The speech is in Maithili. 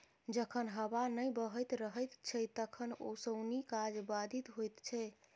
जखन हबा नै बहैत रहैत छै तखन ओसौनी काज बाधित होइत छै